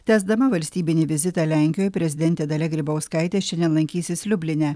tęsdama valstybinį vizitą lenkijoje prezidentė dalia grybauskaitė šiandien lankysis liubline